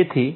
તેથી